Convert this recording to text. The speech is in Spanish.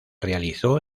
realizó